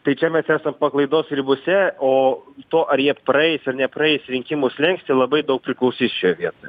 tai čia mes esam paklaidos ribose o to ar jie praeis ar nepraeis rinkimų slenkstį labai daug priklausys šioj vietoj